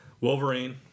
Wolverine